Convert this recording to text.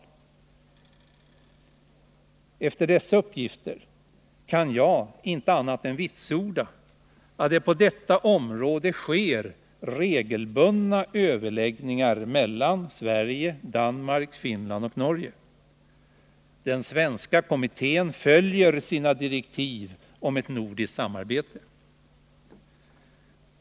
På basis av dessa uppgifter kan jag inte annat än vitsorda att det på detta område sker regelbundna överläggningar mellan Sverige, Danmark, Finland och Norge. Den svenska kommittén följer sina direktiv om ett nordiskt samarbete.